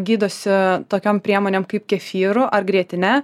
gydosi tokiom priemonėm kaip kefyru ar grietine